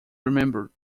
remembered